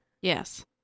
Yes